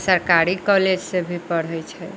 सरकारी कॉलेजसे भी पढ़ै छै